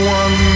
one